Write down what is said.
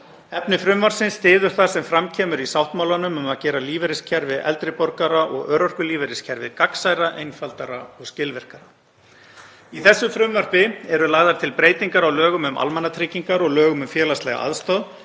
Efni frumvarpsins styður það sem fram kemur í sáttmálanum um að gera lífeyriskerfi eldri borgara og örorkulífeyriskerfið gagnsærra, einfaldara og skilvirkara. Í þessu frumvarpi eru lagðar til breytingar á lögum um almannatryggingar og lögum um félagslega aðstoð